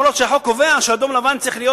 אפילו שהחוק קובע שאדום-לבן צריך להיות,